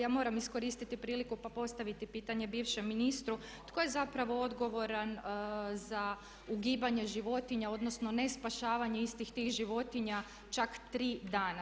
Ja moram iskoristiti priliku pa postaviti pitanje bivšem ministru tko je zapravo odgovoran za ugibanje životinja, odnosno ne spašavanje istih tih životinja čak 3 dana?